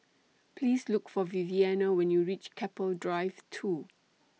Please Look For Viviana when YOU REACH Keppel Drive two